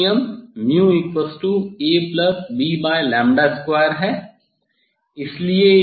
Cauchy का नियम Cauchys law AB2 है